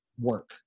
work